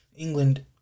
England